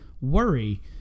worry